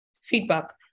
feedback